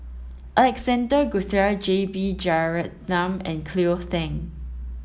Alexander Guthrie J B Jeyaretnam and Cleo Thang